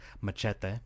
Machete